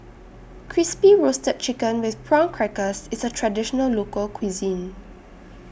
Crispy Roasted Chicken with Prawn Crackers IS A Traditional Local Cuisine